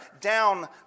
down